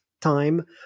time